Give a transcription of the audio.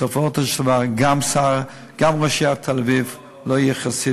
בסופו של דבר גם ראש עיריית תל-אביב לא יהיה חסין